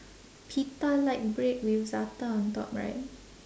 pitta like bread with za'atar on top right